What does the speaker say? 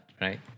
right